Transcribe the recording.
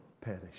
perish